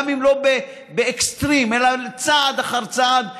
גם אם לא באקסטרים אלא צעד אחר צעד,